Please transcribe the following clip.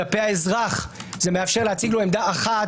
כלפי האזרח זה מאפשר להציג לו עמדה אחת